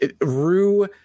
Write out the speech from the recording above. Rue